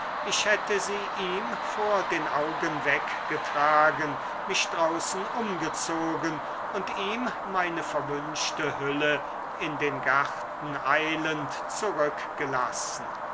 ich hätte sie ihm vor den augen weggetragen mich draußen umgezogen und ihm meine verwünschte hülle in den garten eilend zurückgelassen